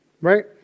Right